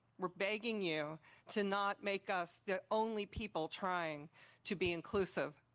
we're begging you to not make us the only people trying to be inclusive.